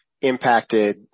impacted